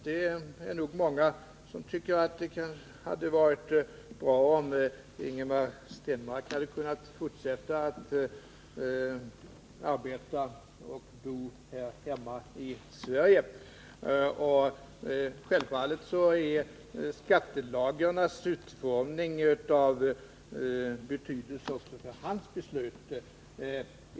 Det är nog många som tycker att det hade varit bra om Ingemar Stenmark hade kunnat fortsätta att arbeta och bo här hemma i Sverige. Och självfallet är skattelagarnas utformning av betydelse också för hans beslut.